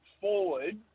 forward